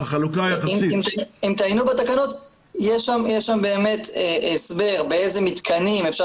יש בתקנות באמת הסבר באיזה מתקנים אפשר